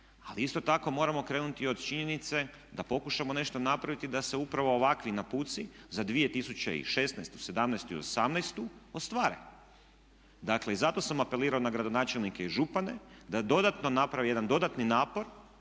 Ali isto tako moramo krenuti i od činjenice da pokušamo nešto napraviti da se upravo ovakvi napuci za 2016., '17.-tu i '18.-tu ostvare. Dakle i zato sam apelirao na gradonačelnike i župane da dodatno napravi jedan dodatni napor